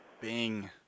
Bing